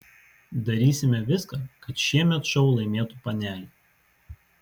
darysime viską kad šiemet šou laimėtų panelė